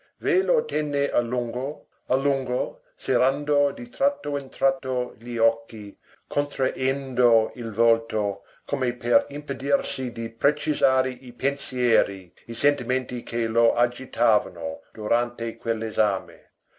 ve lo tenne a lungo a lungo serrando di tratto in tratto gli occhi contraendo il volto come per impedirsi di precisare i pensieri i sentimenti che lo agitavano durante